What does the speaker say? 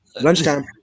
Lunchtime